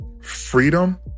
freedom